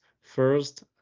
First